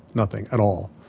nothing at all.